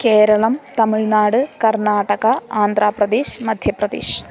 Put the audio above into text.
केरळं तमिळ्नाड् कर्नाटका आन्ध्रप्रदेशः मध्यप्रदेशः